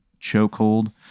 chokehold